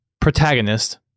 protagonist